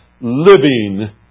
living